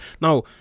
Now